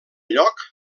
lloc